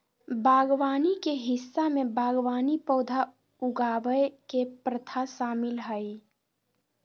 बागवानी के हिस्सा में बागवानी पौधा उगावय के प्रथा शामिल हइ